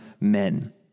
men